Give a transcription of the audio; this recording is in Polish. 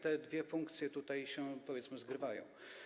Te dwie funkcje tutaj się, powiedzmy, zgrywają.